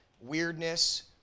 weirdness